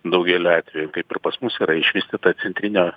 daugeliu atvejų kaip ir pas mus yra išvystyta centrinio